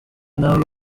nawe